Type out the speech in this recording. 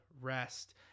rest